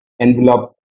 envelope